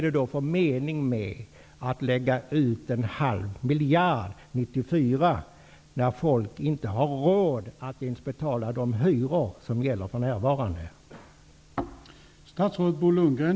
Men vad är meningen med att lägga ut 0,5 miljarder 1994 om människor inte ens har råd att betala de hyror som för närvarande gäller?